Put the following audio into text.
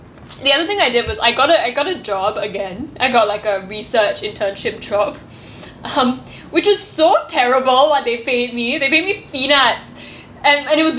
the other thing I did was I gotta I got a job again I got like a research internship job um which is so terrible what they paid me they paid me peanuts and and it was